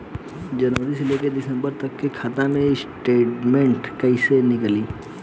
जनवरी से लेकर दिसंबर तक के खाता के स्टेटमेंट कइसे निकलि?